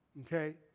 Okay